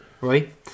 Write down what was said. right